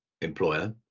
employer